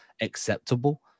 acceptable